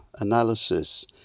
analysis